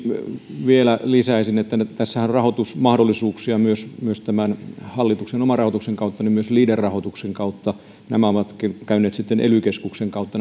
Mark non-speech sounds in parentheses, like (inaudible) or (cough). vielä lisäisin että nyt tässähän on rahoitusmahdollisuuksia myös myös tämän hallituksen omarahoituksen kautta niin myös leader rahoituksen kautta nämä rahoituslähteet ovatkin käyneet sitten ely keskuksen kautta (unintelligible)